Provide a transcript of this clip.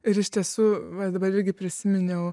ir iš tiesų va dabar irgi prisiminiau